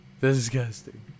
Disgusting